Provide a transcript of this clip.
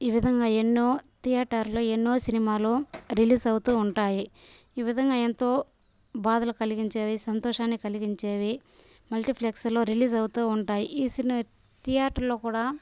ఈ విధంగా ఎన్నో థియేటర్లు ఎన్నో సినిమాలు రిలీజ్ అవుతూ ఉంటాయి ఈ విధంగా ఎంతో బాధలు కలిగించేవి సంతోషాన్ని కలిగించేవి మల్టీఫ్లెక్స్లో రిలీజ్ అవుతూ ఉంటాయి ఈ సినీ థియేటర్లో కూడా